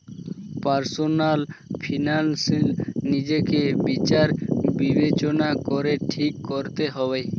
personal finance নিজেকে বিচার বিবেচনা করে ঠিক করতে হবে